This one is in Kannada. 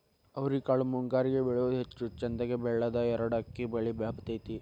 ಅವ್ರಿಕಾಳು ಮುಂಗಾರಿಗೆ ಬೆಳಿಯುವುದ ಹೆಚ್ಚು ಚಂದಗೆ ಬೆಳದ್ರ ಎರ್ಡ್ ಅಕ್ಡಿ ಬಳ್ಳಿ ಹಬ್ಬತೈತಿ